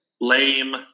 lame